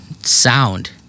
Sound